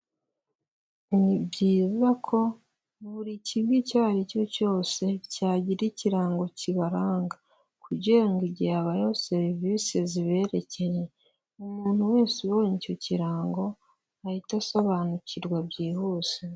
Ni byiza ko buri kigo icyo ari cyo cyose cyagira ikirango kibaranga, kugira ngo igihe habayeho serivisi ziberekeye umuntu wese ubonye icyo kirango ahite asobanukirwa byihuse.